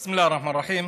בסם אללה א-רחמאן א-רחים.